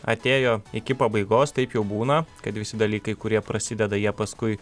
atėjo iki pabaigos taip jau būna kad visi dalykai kurie prasideda jie paskui